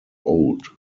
old